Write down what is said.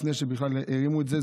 לפני שבכלל הרימו את זה.